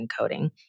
encoding